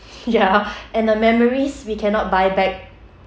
ya and the memories we cannot buy back